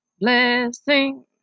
Blessing